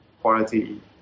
quality